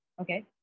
Okay